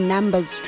Numbers